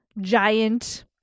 giant